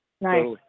Nice